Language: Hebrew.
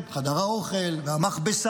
את חדר האוכל והמכבסה.